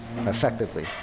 effectively